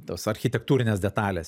tos architektūrinės detalės